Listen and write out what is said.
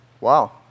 Wow